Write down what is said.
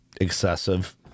excessive